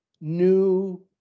new